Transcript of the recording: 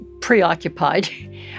preoccupied